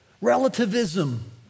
relativism